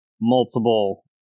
multiple